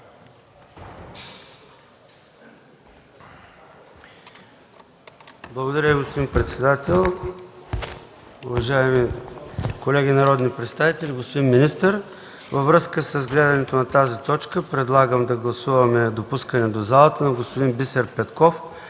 Благодаря Ви, господин председател. Уважаеми колеги народни представители, господин министър! Във връзка с гледането на тази точка предлагам да гласуваме допускане до залата на господин Бисер Петков